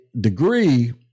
degree